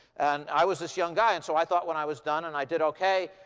and i was this young guy. and so i thought, when i was done, and i did okay,